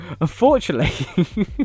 unfortunately